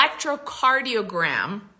electrocardiogram